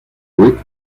rick